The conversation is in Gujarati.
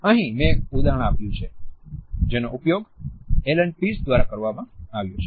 અહીં મેં એક ઉદાહરણ આપ્યું છે જેનો ઉપયોગ એલન પીઝ દ્વારા કરવામાં આવ્યું છે